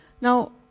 Now